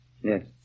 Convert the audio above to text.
Yes